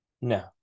No